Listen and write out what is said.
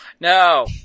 No